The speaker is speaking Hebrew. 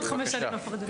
בבקשה.